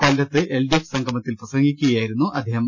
കൊല്ലത്ത് എൽഡിഎഫ് സംഗമത്തിൽ പ്രസംഗിക്കുകയായി രുന്നു അദ്ദേഹം